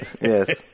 Yes